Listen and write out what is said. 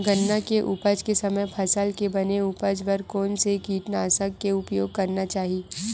गन्ना के उपज के समय फसल के बने उपज बर कोन से कीटनाशक के उपयोग करना चाहि?